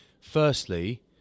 Firstly